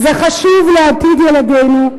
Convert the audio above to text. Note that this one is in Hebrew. זה חשוב לעתיד ילדינו,